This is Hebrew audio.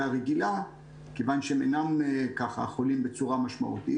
הרגילה כיוון שהם אינם חולים בצורה משמעותית.